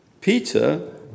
Peter